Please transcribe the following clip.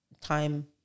time